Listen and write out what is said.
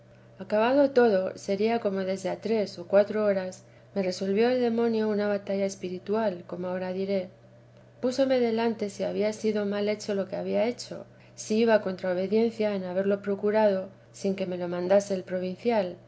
acabado todo sería como desde a tres o cuatro horas me revolvió el demonio una batalla espiritual como ahora diré púsome delante si había sido mal hecho lo que había hecho si iba contra obediencia en haberlo procurado sin que me lo mandase el provincia